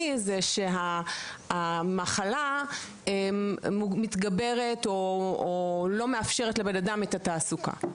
זה שהמחלה מתגברת או לא מאפשרת לבן אדם את התעסוקה.